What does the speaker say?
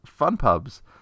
FunPub's